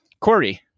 Corey